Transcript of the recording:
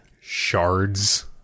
Shards